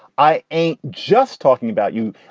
i ain't just talking about you.